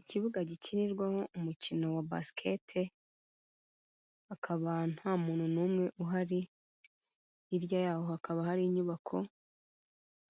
Ikibuga gikinirwaho umukino wa basket, hakaba nta muntu n'umwe uhari, hirya yaho hakaba hari inyubako,